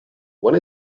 when